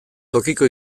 tokiko